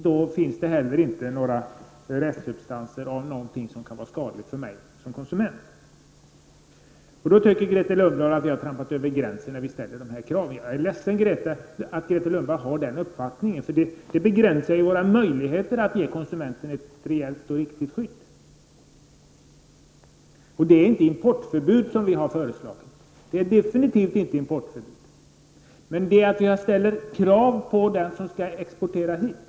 Då finns det inte heller några restsubstanser av sådant som kan vara skadligt för konsumenten. När vi ställer sådana krav tycker Grethe Lundblad att vi har trampat över gränsen. Jag är ledsen att Grethe Lundblad har denna uppfattning, eftersom bestämmelser baserade på den inställningen begränsar våra möjligheter att ge konsumenten ett riktigt skydd. Vi har absolut inte föreslagit importförbud, men vi ställer krav på dem som vill exportera hit.